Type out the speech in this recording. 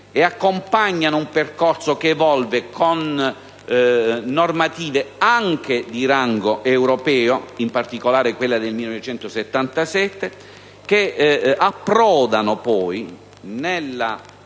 e accompagnano un percorso che evolve con normative anche di rango europeo, in particolare quella del 1977, che approdano nella